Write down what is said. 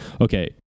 okay